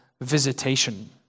visitation